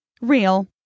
real